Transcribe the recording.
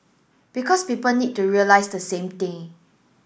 because people need to realise the same thing